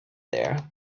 there